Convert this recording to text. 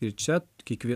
ir čia kiekvie